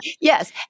Yes